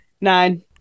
Nine